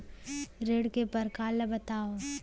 ऋण के परकार ल बतावव?